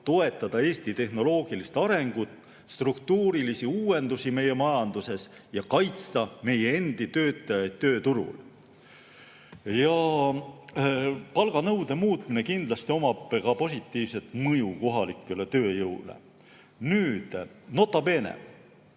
toetada Eesti tehnoloogilist arengut, struktuurilisi uuendusi meie majanduses ja kaitsta meie endi töötajaid tööturul. Palganõude muutmisel on kindlasti positiivne mõju kohalikule tööjõule. Nüüd, nota bene,